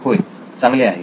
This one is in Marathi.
होय चांगले आहे